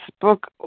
book